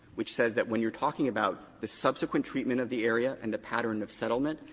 which says that when you're talking about the subsequent treatment of the area and pattern of settlement,